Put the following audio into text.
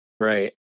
Right